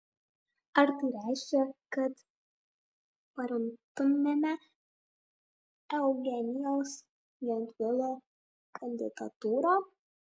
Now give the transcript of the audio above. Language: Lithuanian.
ar tai reiškia kad paremtumėte eugenijaus gentvilo kandidatūrą